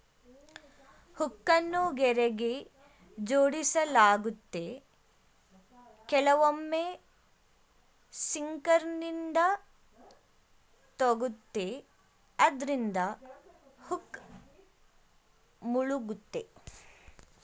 ಹುಕ್ಕನ್ನು ಗೆರೆಗೆ ಜೋಡಿಸಲಾಗುತ್ತೆ ಕೆಲವೊಮ್ಮೆ ಸಿಂಕರ್ನಿಂದ ತೂಗುತ್ತೆ ಅದ್ರಿಂದ ಹುಕ್ ಮುಳುಗುತ್ತೆ